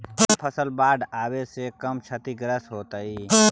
कौन फसल बाढ़ आवे से कम छतिग्रस्त होतइ?